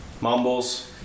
Mumbles